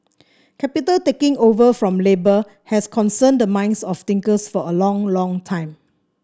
capital taking over from labour has concerned the minds of thinkers for a long long time